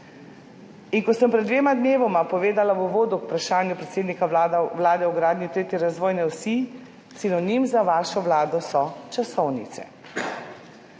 Kot sem pred dvema dnevoma povedala v uvodu k vprašanju predsednika Vlade o gradnji tretje razvojne osi, sinonim za vašo vlado so časovnice.